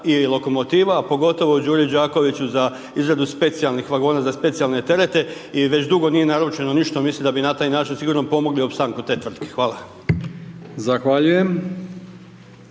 i lokomotiva a pogotovo Đure Đakoviću za izradu specijalnih vagona za specijalne terete i već dugo nije naručeno ništa, mislim da bi na taj način sigurno pomogli opstanku te tvrtke, hvala.